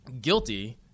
guilty